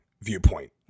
viewpoint